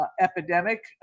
epidemic